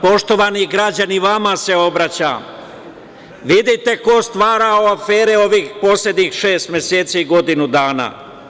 Poštovani građani, vama se obraćam, vidite ko stvara afere ovih poslednjih šest meseci, godinu dana.